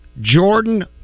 Jordan